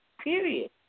Period